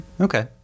Okay